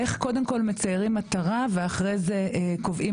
איך קודם כל מציירים מטרה ואחרי זה קובעים